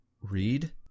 read